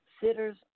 sitters